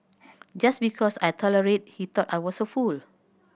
just because I tolerated he thought I was a fool